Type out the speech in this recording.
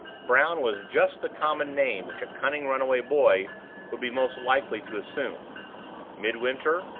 brown was just the common name which a cunning runaway boy would be most likely to assume midwinter,